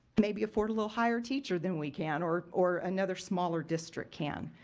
maybe afford a little higher teacher than we can or or another smaller district can.